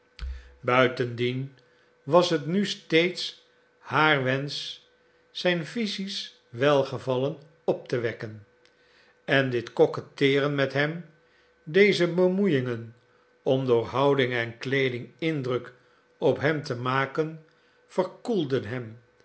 buitendien was het nu steeds haar wensch zijn physisch welgevallen op te wekken en dit koketteeren met hem deze bemoeiingen om door houding en kleeding indruk op hem te maken verkoelden hem